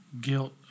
guilt